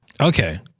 Okay